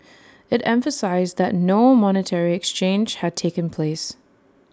IT emphasised that no monetary exchange had taken place